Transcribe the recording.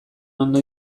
ondo